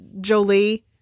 Jolie